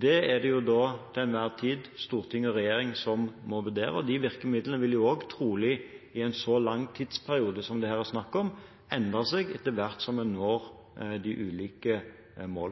er det til enhver tid Stortinget og regjeringen som må vurdere. De virkemidlene vil også trolig i en så lang tidsperiode som det her er snakk om, endre seg etter hvert som en når de